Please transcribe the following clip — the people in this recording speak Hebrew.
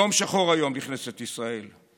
יום שחור היום בכנסת ישראל.